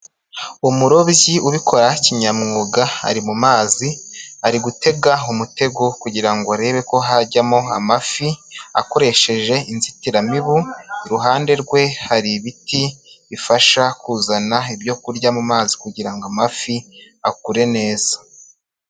Umurobyi ubikora kinyamwuga ari mu mazi, ari gutega umutego kugira ngo arebe ko hajyamo amafi akoresheje inzitiramibu, iruhande rwe hari ibiti bifasha kuzana ibyokurya mu mazi kugira ngo amafi akure neza.